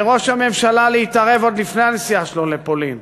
מראש הממשלה להתערב עוד לפני הנסיעה שלו לפולין,